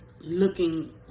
looking